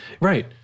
Right